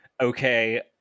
okay